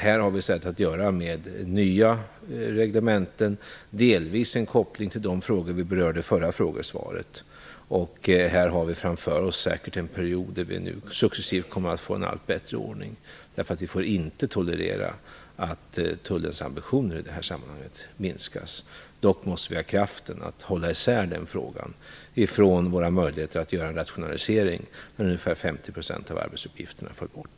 Här har vi att göra med nya reglementen, delvis med en koppling till de frågor som vi berörde i förra frågedebatten. Vi har framför oss säkert en period där vi successivt kommer att få en allt bättre ordning. Vi får inte tolerera att tullens ambitioner i det här sammanhanget minskas. Dock måste vi ha kraften att hålla isär den frågan från våra möjligheter att göra en rationalisering när ungefär 50 % av arbetsuppgifterna föll bort.